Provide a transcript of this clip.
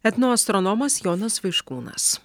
etnoastronomas jonas vaiškūnas